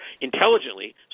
intelligently